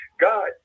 God